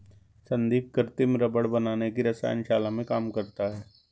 संदीप कृत्रिम रबड़ बनाने की रसायन शाला में काम करता है